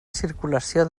circulació